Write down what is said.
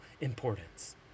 importance